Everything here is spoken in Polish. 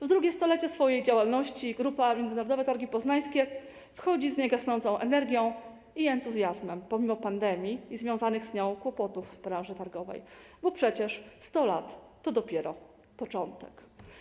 W drugie 100-lecie swojej działalności grupa Międzynarodowe Targi Poznańskie wchodzi z niegasnącą energią i entuzjazmem pomimo pandemii i związanych z nią kłopotów w branży targowej, bo przecież 100 lat to dopiero początek.